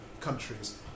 countries